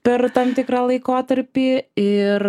per tam tikrą laikotarpį ir